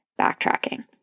backtracking